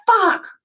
fuck